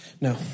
No